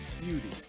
beauty